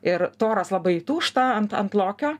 ir toras labai įtūžta ant ant lokio